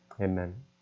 Amen